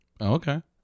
Okay